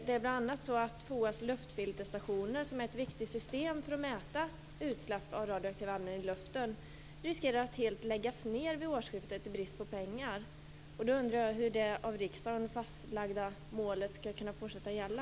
Det är bl.a. så att FOA:s luftfilterstationer, som är ett viktigt system för att mäta utsläpp av radioaktiva ämnen i luften, riskerar att helt läggas ned vid årsskiftet i brist på pengar. Jag undrar hur det av riksdagen fastlagda målet då skall kunna fortsätta att gälla.